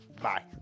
Bye